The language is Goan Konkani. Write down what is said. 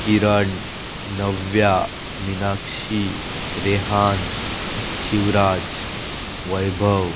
किरण नव्या मिनाक्षी रेहान शिवराज वैभव